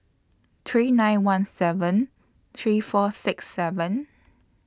three nine one seven three four six seven